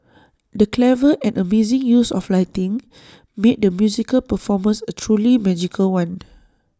the clever and amazing use of lighting made the musical performance A truly magical one